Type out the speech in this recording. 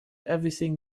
everything